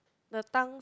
the tongue